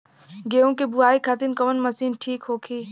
गेहूँ के बुआई खातिन कवन मशीन ठीक होखि?